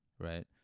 right